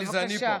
בבקשה.